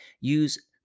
use